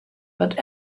but